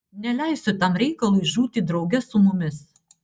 neleisiu tam reikalui žūti drauge su mumis